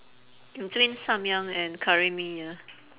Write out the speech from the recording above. between samyang and curry mee ah